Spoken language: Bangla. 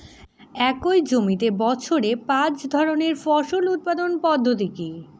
একই জমিতে বছরে পাঁচ ধরনের ফসল উৎপাদন পদ্ধতি কী?